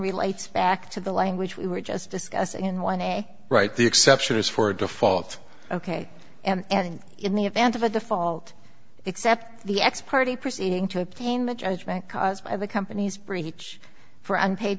relates back to the language we were just discussing in one day right the exception is for a default ok and in the event of a default except the x party proceeding to obtain the judgement caused by the company's breach for unpaid